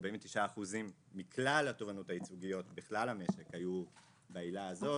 ש-49% מכלל התובענות הייצוגיות בכלל המשק היו בעילה הזאת.